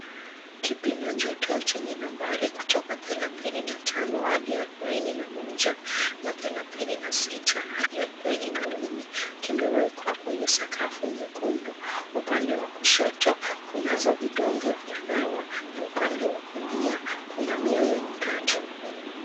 Kipima joto chenye nambari kutoka 35 hadi 41 na 36 hadi 42 kimewekwa kwenye sakafu nyekundu. Upande wa kushoto kunazo vidonge vya dawa na upande wa kulia kuna mioyo mitatu.